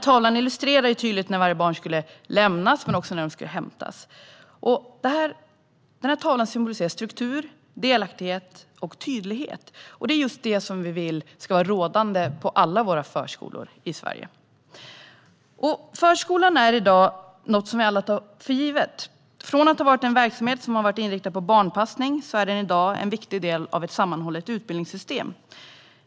Tavlan illustrerade tydligt när varje barn skulle lämnas och hämtas. Den symboliserade struktur, delaktighet och tydlighet. Det är just det som vi vill ska vara rådande på alla förskolor i Sverige. Förskolan är i dag något som vi alla tar för givet. Från att ha varit en verksamhet inriktad på barnpassning är den i dag en viktig del av ett sammanhållet utbildningssystem.